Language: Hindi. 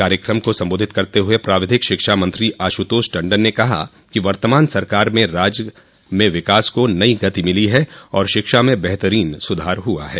कार्यक्रम को सम्बोधित करते हुये प्राविधिक शिक्षा मंत्री आश्रतोष टंडन ने कहा कि वर्तमान सरकार में राज्य में विकास को नई गति मिली है और शिक्षा में बेहतरीन सुधार हुआ है